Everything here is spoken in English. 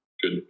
good